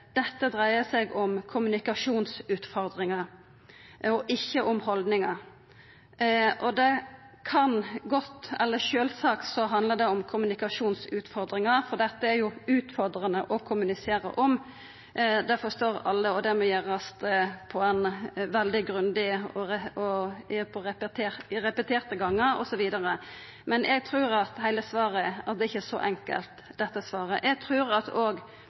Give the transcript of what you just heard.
dreier seg om kommunikasjonsutfordringar og ikkje om haldningar. Sjølvsagt handlar det om kommunikasjonsutfordringar, for dette er utfordrande å kommunisera om – det forstår alle – og det må gjerast veldig grundig, repeterte gonger, osv. Men eg trur ikkje svaret er så enkelt. Eg trur at det òg handlar om haldningar i helsevesenet. Kommunikasjon er det